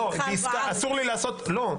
לא.